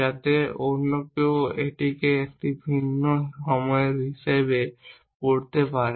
যাতে অন্য কেউ এটিকে একটি ভিন্ন সময়ের হিসাবে পড়তে পারে